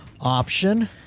Option